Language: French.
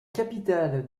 capitale